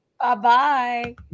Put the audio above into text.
Bye-bye